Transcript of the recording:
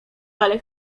ale